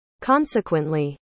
Consequently